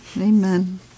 Amen